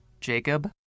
Jacob